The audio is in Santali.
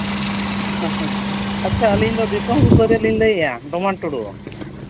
ᱟᱪᱪᱷᱟ ᱟᱹᱞᱤᱧ ᱫᱚ ᱫᱤᱥᱚᱢ ᱥᱩᱥᱟᱹᱨᱤᱭᱟᱹ ᱞᱤᱧ ᱞᱟᱹᱭᱮᱫᱼᱟ ᱰᱚᱢᱚᱱ ᱴᱩᱰᱩ